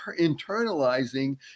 internalizing